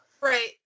Right